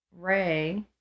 Ray